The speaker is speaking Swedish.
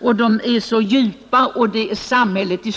Vidare avvisas vårdproblemet med att man bör inrikta